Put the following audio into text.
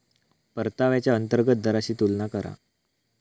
परताव्याच्या अंतर्गत दराशी तुलना करा